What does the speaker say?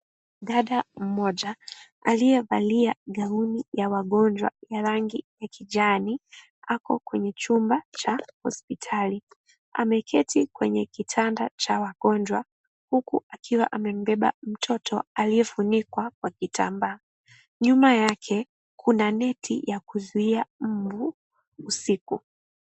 Dada mmoja aliyevalia gauni ya wagonjwa ya rangi kijani, ako kwenye chumba cha hospitali. Ameketi kwenye kitanda cha wagonjwa, huku akiwa amembeba mtoto aliyefunikwa kwa kitambaa. Nyuma yake, kuna net ya kuzuia mbu usiku.